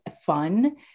fun